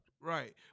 Right